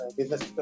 business